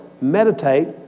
meditate